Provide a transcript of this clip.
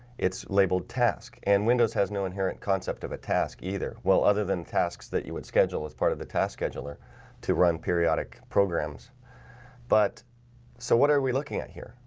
it's labeled tasks and windows has no inherent concept of a task either well other than tasks that you would schedule as part of the task scheduler to run periodic programs but so what are we looking at here?